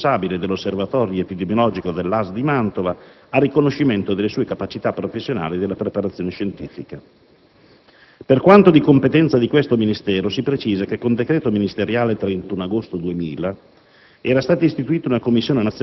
è stato attribuito l'incarico di responsabile dell'Osservatorio epidemiologico della ASL di Mantova, a riconoscimento delle sue capacità professionali e della preparazione scientifica. Per quanto di competenza di questo Ministero, si precisa che con decreto ministeriale del 31 agosto 2000